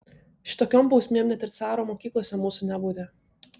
šitokiom bausmėm net ir caro mokyklose mūsų nebaudė